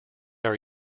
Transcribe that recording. are